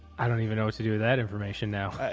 i don't even know what to do with that information now.